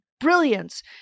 brilliance